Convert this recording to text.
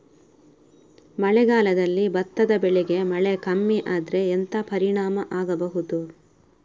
ಮಳೆಗಾಲದಲ್ಲಿ ಭತ್ತದ ಬೆಳೆಗೆ ಮಳೆ ಕಮ್ಮಿ ಆದ್ರೆ ಎಂತ ಪರಿಣಾಮ ಆಗಬಹುದು?